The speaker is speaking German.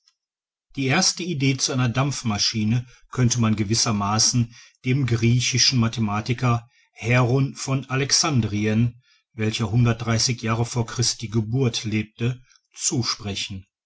die erste idee zu einer dampfmaschine könnte man gewissermaßen dem griechischen mathematiker heron von alexandrien welcher jahre vor christi geburt lebte zusprechen